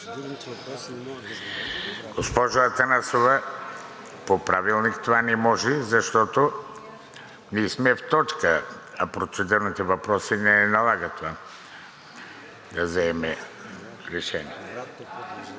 Госпожо Атанасова, по Правилник това не може, защото ние сме в точка, а процедурните въпроси не налагат да вземем това решение.